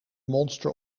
monster